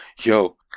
Yo